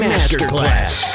Masterclass